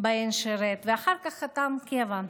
שבהן שירת ואחר כך חתם קבע.